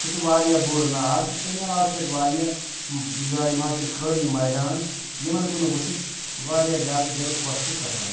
سُہ چھُ واریاہ بوٚڑ ناگ تمہِ علاوٕ چھُ تَتہِ واریاہ یِم حظ یِم خٲلی میدان یِمن کُن وُچھِتھ واریاہ زیادٕ دِل خۄش چھُ گژھان